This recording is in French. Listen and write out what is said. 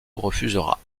refusera